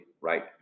right